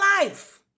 life